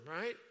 right